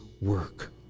work